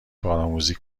کارآموزی